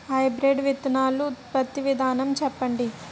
Hybrid విత్తనాలు ఉత్పత్తి విధానం చెప్పండి?